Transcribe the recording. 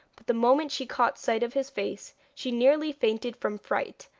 but the moment she caught sight of his face, she nearly fainted from fright,